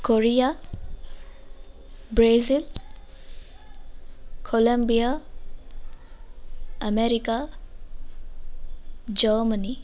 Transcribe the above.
Korea Brazil Columbia America Germany